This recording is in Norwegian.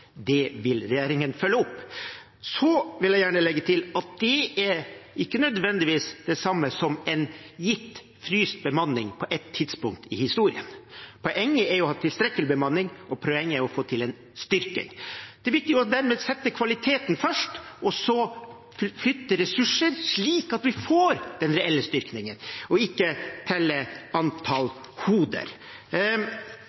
Det vil regjeringen følge opp. Så vil jeg gjerne legge til at det ikke nødvendigvis er det samme som en gitt fryst bemanning på et tidspunkt i historien. Poenget er å ha tilstrekkelig bemanning, og poenget er å få til en styrking. Det er dermed viktig å sette kvaliteten først og så flytte ressurser, slik at vi får den reelle styrkingen, og ikke